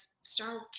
Star